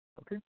Okay